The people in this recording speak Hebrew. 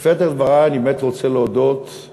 בפתח דברי אני באמת רוצה להודות על